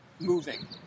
moving